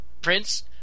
Prince